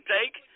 take